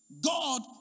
God